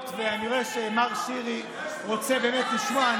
שאני רואה שמר שירי רוצה באמת לשמוע,